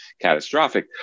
catastrophic